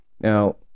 now